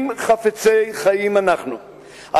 אם חפצי חיים אנחנו,